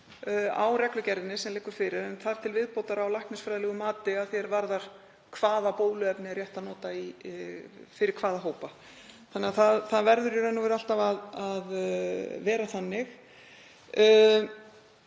á reglugerðinni sem liggur fyrir en þar til viðbótar á læknisfræðilegu mati að því er varðar hvaða bóluefni er rétt að nota fyrir hvaða hópa. Það verður í raun og veru alltaf að vera þannig.